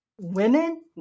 women